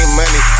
money